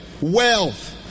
Wealth